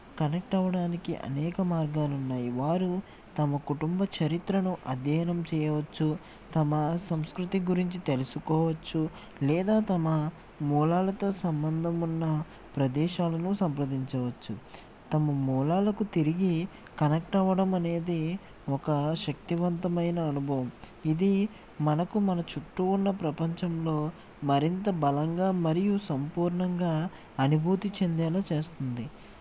connect అవడానికి అనేక మార్గాలు ఉన్నాయి వారు తమ కుటుంబ చరిత్రను అధ్యయనం చేయవచ్చు తమ సంస్కృతి గురించి తెలుసుకోవచ్చు లేదా తమ మూలాలతో సంబంధం ఉన్న ప్రదేశాలనూ సంప్రదించవచ్చు తమ మూలాలకు తిరిగి కనెక్ట్ అవడం అనేది ఒక శక్తివంతమైన అనుభవం ఇది మనకు మన చుట్టూ ఉన్న ప్రపంచంలో మరింత బలంగా మరియు సంపూర్ణంగా అనుభూతి చెందేలా చేస్తుంది